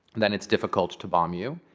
then it's difficult to bomb you.